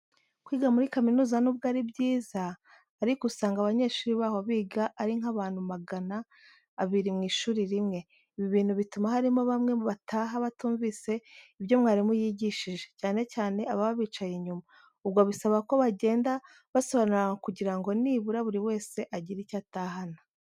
Kwiga muri kaminuza nubwo ari byiza riko usanga abanyeshuri baho biga ari nk'abantu magana abiri mu ishuri rimwe. Ibi bintu bituma harimo bamwe bataha batumvise ibyo mwarimu yigishije, cyane cyane ababa bicaye inyuma. Ubwo bisaba ko bagenda basobanurirana kugira ngo nibura buri wese agire icyo atahana.